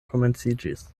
komenciĝis